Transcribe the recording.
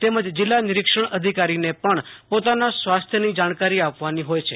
તેમજ જિલ્લા નિરીક્ષણ અધિકારીને પણ પોતાના સ્વાસ્થ્યની જાણકારી આપવાની હોય છે